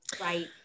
right